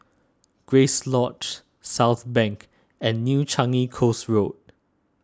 Grace Lodge Southbank and New Changi Coast Road